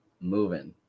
moving